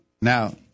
now